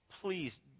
Please